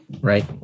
Right